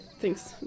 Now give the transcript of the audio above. thanks